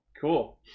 Cool